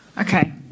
Okay